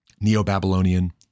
Neo-Babylonian